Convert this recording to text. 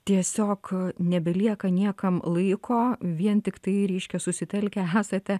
tiesiog nebelieka niekam laiko vien tiktai reiškia susitelkę esate